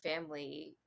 family